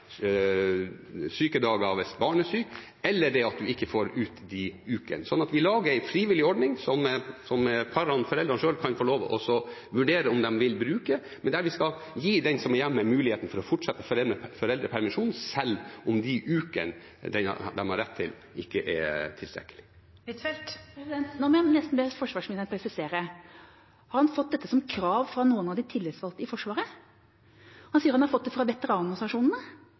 eller det at man ikke får tatt ut de ukene. Så vi lager en frivillig ordning som foreldrene selv kan vurdere om de vil bruke, men vi vil gi den som er hjemme, muligheten til å fortsette foreldrepermisjonen selv om de ukene de har rett på, ikke er tilstrekkelig. Nå må jeg nesten be forsvarsministeren presisere: Har han fått dette som krav fra noen av de tillitsvalgte i Forsvaret? Han sier at han har fått det fra veteranorganisasjonene.